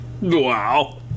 Wow